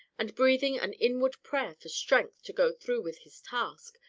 and breathing an inward prayer for strength to go through with his task,